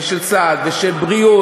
ושל סעד ושל בריאות,